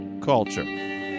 Culture